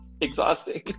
exhausting